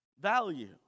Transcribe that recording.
value